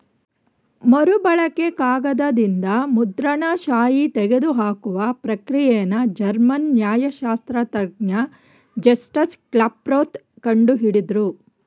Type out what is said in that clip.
ಮರುಬಳಕೆ ಕಾಗದದಿಂದ ಮುದ್ರಣ ಶಾಯಿ ತೆಗೆದುಹಾಕುವ ಪ್ರಕ್ರಿಯೆನ ಜರ್ಮನ್ ನ್ಯಾಯಶಾಸ್ತ್ರಜ್ಞ ಜಸ್ಟಸ್ ಕ್ಲಾಪ್ರೋತ್ ಕಂಡು ಹಿಡುದ್ರು